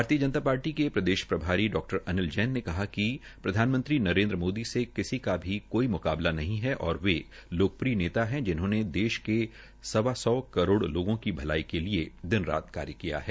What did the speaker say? भारतीय जनता पार्टी के प्रदेश प्रभारी डा अनिल जैन ने कहा िक प्रधानमंत्री नरेन्द्र मोदी से किसी का भी कोई मुकाबला नहीं है और वे लोकप्रियनेता है जिन्होंने देश के सवा करोड़ लोगों की भलाई के लिये दिन रात कार्य किया है